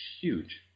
huge